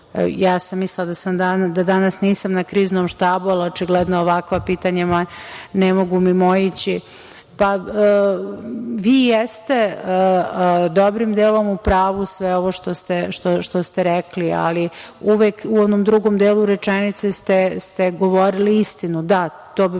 ja sam mislila da danas nisam na Kriznom štabu, ali očigledno me ovakva pitanja ne mogu mimoići. Vi jeste dobrim delom u pravu sve ovo što ste rekli, ali uvek u onom drugom delu rečenice ste govorili istinu. Da, to bi